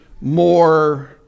more